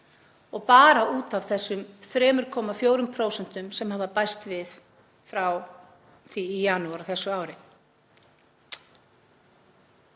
og bara út af þessum 3,4% sem hafa bæst við frá því í janúar á þessu ári.